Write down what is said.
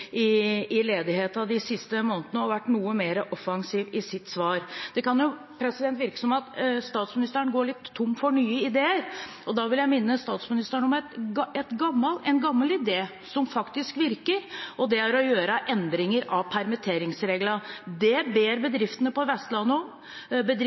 sitt svar. Det kan virke som om statsministeren går litt tom for nye ideer. Da vil jeg minne statsministeren om en gammel idé, som faktisk virker. Det er å gjøre endringer i permitteringsreglene. Det ber bedriftene på Vestlandet om.